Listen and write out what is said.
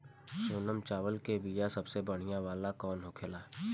सोनम चावल के बीया सबसे बढ़िया वाला कौन होखेला?